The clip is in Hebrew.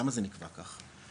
למה זה נקבע ככה?